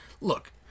Look